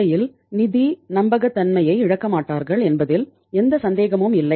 சந்தையில் நிதி நம்பகத்தன்மையை இழக்க மாட்டார்கள் என்பதில் எந்த சந்தேகமும் இல்லை